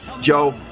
Joe